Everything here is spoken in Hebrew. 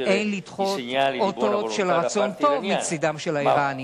אין לדחות אותות של רצון טוב מצד האירנים,